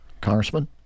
Congressman